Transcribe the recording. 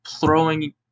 throwing